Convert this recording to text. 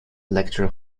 lecture